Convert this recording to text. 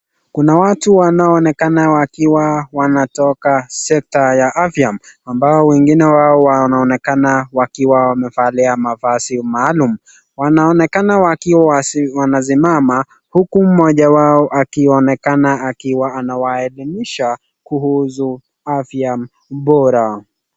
Kuna watu wanaonekana wakiwa wanatoka(cs)sector(cs)ya afya ambao wengine wao wanaonekana wakiwa wamevalia mavazi maalum, Wanaonekana wakiwa wanasimama huku mmoja wao akionekana akiwa anawaelimisha kuhusu afya bora.